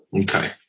Okay